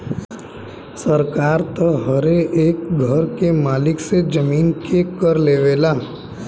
सरकार त हरे एक घर के मालिक से जमीन के कर लेवला